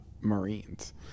Marines